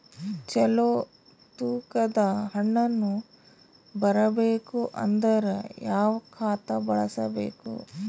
ಚಲೋ ತೂಕ ದ ಹಣ್ಣನ್ನು ಬರಬೇಕು ಅಂದರ ಯಾವ ಖಾತಾ ಬಳಸಬೇಕು?